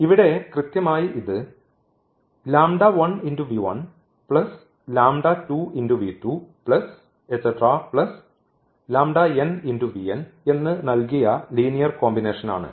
ഇവിടെ കൃത്യമായി ഇത് എന്ന് നൽകിയ ലീനിയർ കോമ്പിനേഷനാണ്